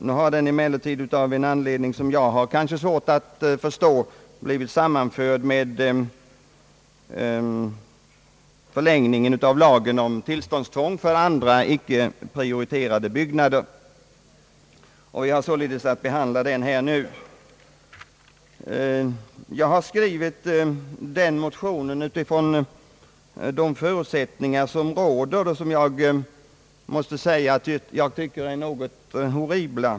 Nu har den emellertid av en anledning som jag har svårt att förstå blivit sammankopplad med frågan om förlängningen av lagen om tillståndstvång för andra icke prioriterade byggnadsarbeten. Vi har således att behandla motionen här nu. Jag har skrivit motionen utifrån de förutsättningar som råder, vilka jag tycker är horribla.